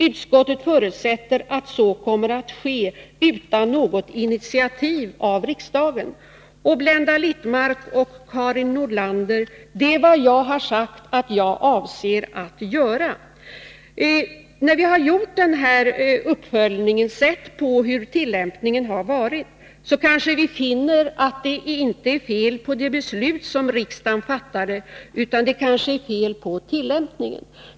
Utskottet förutsätter att så kommer att ske utan något initiativ av riksdagen. Det är, Blenda Littmarck och Karin Nordlander, vad jag har sagt att jag avser att göra. När vi har gjort den uppföljningen av beslutet och konstaterat hur det har tillämpats kanske vi finner att det inte är fel på det beslut som riksdagen fattade utan på tillämpningen.